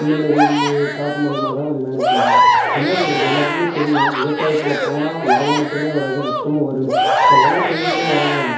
இந்த மாரி காசு மூலியமாக தான் கொஞ்சம் மேனேஜ் பண்ணுறாங்க என்ன பண்ணுறது எல்லாருக்குமே தெரியும் விவசாயத்தில் போனாள் லாபம் மட்டுமே வராது நஷ்டமும் வரும்னு ஸோ அதெலாம் தெரிஞ்சு தான் இறங்குறாங்க